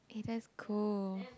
okay that's cool